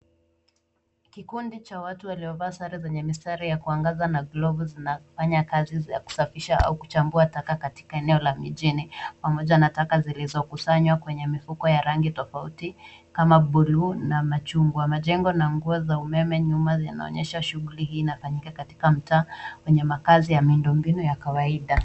Kikundi cha watu waliovaa sare zenye mstari wa kuangaza na glovu zinafanya kazi ya kusafisha au kuchambua taka katika eneo la mijini pamoja na taka zilizo kusanywa kwenye mifuko ya rangi tofauti kama bluu na machungwa majengo na za nguzo za umeme nyuma zinaonyesha shughuli inafanyika katika mtaa makaazi ya miundo mbinu ya kawaida.